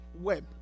web